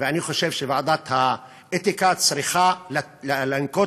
ואני חושב שוועדת האתיקה צריכה לנקוט